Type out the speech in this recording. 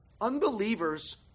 Unbelievers